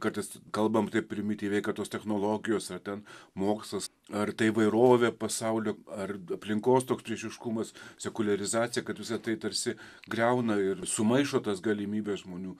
kartais kalbam taip primityviai kad tos technologijos ar ten mokslas ar ta įvairovė pasaulio ar aplinkos toks priešiškumas sekuliarizacija kad visa tai tarsi griauna ir sumaišo tas galimybes žmonių